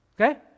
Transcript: okay